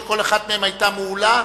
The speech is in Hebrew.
שכל אחת מהן היתה מעולה,